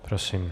Prosím.